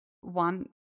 one